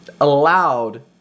allowed